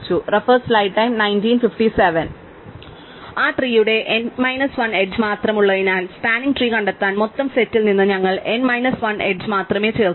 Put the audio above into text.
ആ ട്രീ യുടെ n minus 1 edge മാത്രമുള്ളതിനാൽ സ്പാനിങ് ട്രീ കണ്ടെത്താൻ മൊത്തം സെറ്റിൽ നിന്ന് ഞങ്ങൾ n മൈനസ് 1 എഡ്ജ് മാത്രമേ ചേർക്കൂ